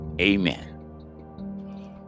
Amen